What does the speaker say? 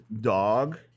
dog